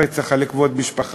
רצח על רקע כבוד המשפחה.